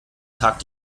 tag